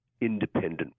independent